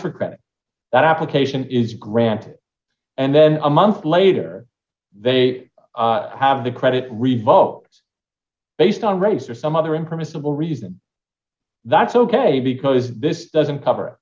for credit that application is granted and then a month later they have the credit revoked based on race or some other in from a simple reason that's ok because this doesn't cover